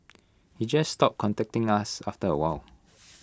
he just stopped contacting us after A while